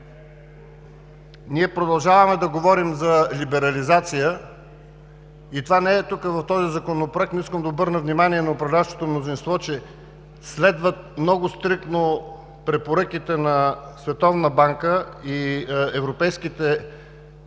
Ние продължаваме да говорим за либерализация и това не е тук, в този Законопроект, но искам да обърна внимание на управляващото мнозинство, че следват много стриктно препоръките на Световната